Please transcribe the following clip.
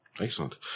Excellent